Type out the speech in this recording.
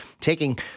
taking